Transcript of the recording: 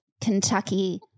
Kentucky